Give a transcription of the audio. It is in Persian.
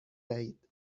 دهید